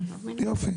יופי,